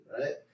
right